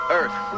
earth